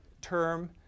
term